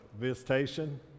visitation